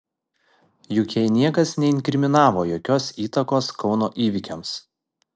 juk jai niekas neinkriminavo jokios įtakos kauno įvykiams